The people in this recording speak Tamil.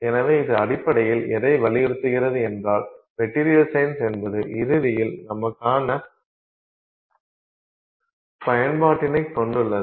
எனவே இது அடிப்படையில் எதை வ்ழியுறுத்துகிறது என்றால் மெட்டீரியல் சயின்ஸ் என்பது இறுதியில் நமக்கான பயன்பாட்டினைக் கொண்டுள்ளது